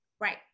Right